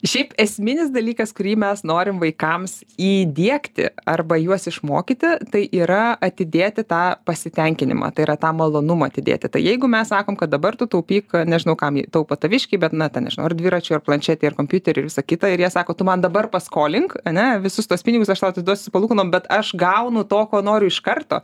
šiaip esminis dalykas kurį mes norim vaikams įdiegti arba juos išmokyti tai yra atidėti tą pasitenkinimą tai yra tą malonumą atidėti tai jeigu mes sakom kad dabar tu taupyk nežinau kam jie taupo taviškiai bet na ten nežinau ar dviračiui ar planšetėi ar kompiuteriui ir visa kita ir jie sako tu man dabar paskolink ane visus tuos pinigus aš tau atiduosiu su palūkanom bet aš gaunu to ko noriu iš karto